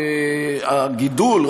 הגידול,